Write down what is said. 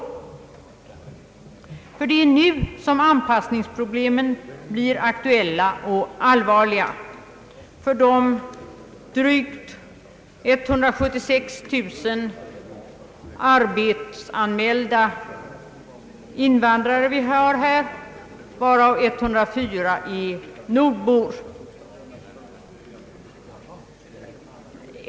Det är nämligen nu som anpassningsproblemen blir aktuella och allvarliga för de drygt 176 000 arbetsanmälda invandrare som finns i landet, varav 104 000 nordbor.